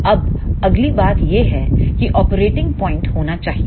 अब अगली बात यह है कि ऑपरेटिंग पॉइंट होना चाहिए